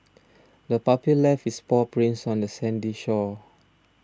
the puppy left its paw prints on the sandy shore